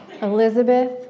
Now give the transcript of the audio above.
Elizabeth